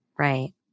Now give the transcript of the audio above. Right